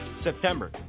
September